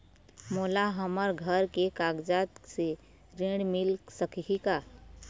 मोला हमर घर के कागजात से ऋण मिल सकही का?